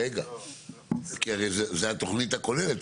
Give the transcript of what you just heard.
כי הרי זו התכנית הכוללת.